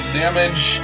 damage